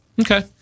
Okay